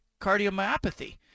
cardiomyopathy